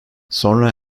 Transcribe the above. sonra